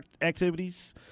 activities